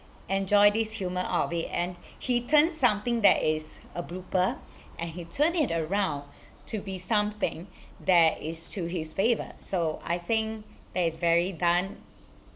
enjoy this humour out of it and he turned something that is a blooper and he turned it around to be something that is to his favour so I think that is very done